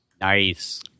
nice